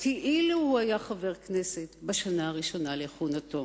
כאילו הוא היה חבר כנסת בשנה הראשונה לכהונתו.